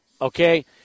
okay